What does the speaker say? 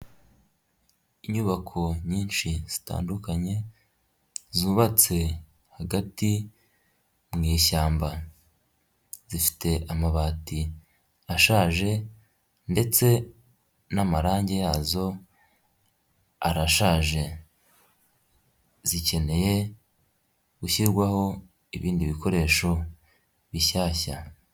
Inyubako nyinshi zitandukanye, zubatswe hagati mu ishyamba, zifite amabati ashaje ndetse n'amarangi yazo arashaje, zikeneye gushyirwaho ibindi bikoresho bishyashya.